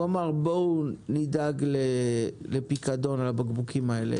שאמר: בואו נדאג לפיקדון על הבקבוקים האלה,